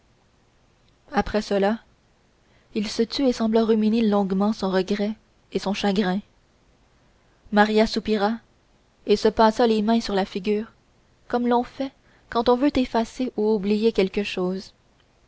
après cela il se tut et sembla ruminer longuement son regret et son chagrin maria soupira et se passa les mains sur la figure comme l'on fait quand on veut effacer ou oublier quelque chose